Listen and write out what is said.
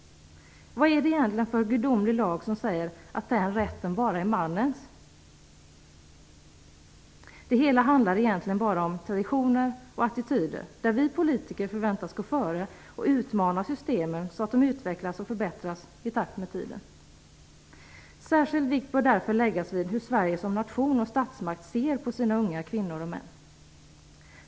Vad är det egentligen för gudomlig lag som säger att den rätten bara är mannens? Det hela handlar egentligen bara om traditioner och attityder. Där förväntas vi politiker gå före och utmana systemen så att de utvecklas och förbättras i takt med tiden. Särskild vikt bör därför läggas vid hur Sverige som nation och statsmakt ser på sina unga kvinnor och män.